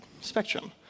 spectrum